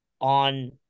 on